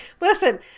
listen